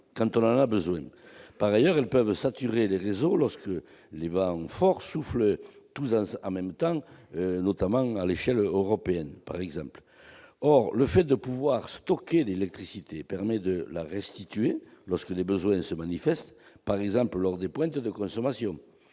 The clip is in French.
quand on en a besoin. Par ailleurs, elles peuvent saturer les réseaux lorsque des vents forts soufflent en même temps à l'échelle européenne. Or le fait de pouvoir stocker l'électricité permet de la restituer lorsque le besoin s'en manifeste, par exemple, lors des pointes de consommation.